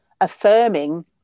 affirming